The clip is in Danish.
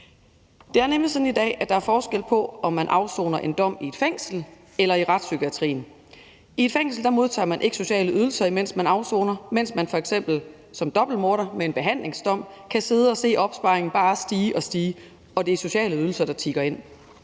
Det er nemlig sådan i dag, at der er forskel på, om man afsoner en dom i et fængsel eller i retspsykiatrien. I et fængsel modtager man ikke sociale ydelser, mens man afsoner, mens man f.eks. som dobbeltmorder med en behandlingsdom kan sidde og se opsparingen bare stige og stige, og det er sociale ydelser, der tikker ind.